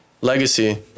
legacy